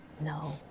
No